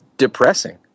depressing